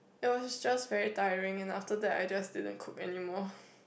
that was just very tiring and after that I just didn't cook anymore